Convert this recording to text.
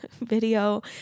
video